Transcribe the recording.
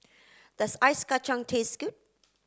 does ice Kacang taste good